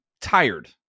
tired